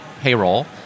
payroll